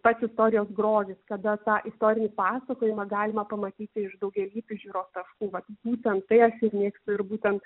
pats istorijos grožis kada tą istorinį pasakojimą galima pamatyti iš daugialypių žiūros taškų vat būtent tai aš ir mėgstu ir būtent